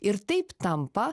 ir taip tampa